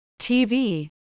TV